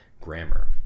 grammar